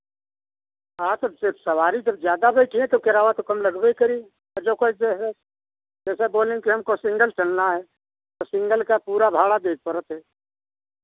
हाँ तो से सवारी जब ज़्यादा बैठीही तो किराया तो कम लगबे करी तो जओ कैसे हे जैसे बोलिन कि हमको सिंगल चलना है तो सिंगल का पूरा भाड़ा देईक पड़त है